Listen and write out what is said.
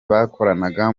bakoranaga